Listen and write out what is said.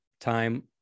time